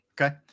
Okay